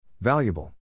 Valuable